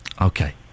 Okay